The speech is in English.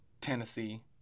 Tennessee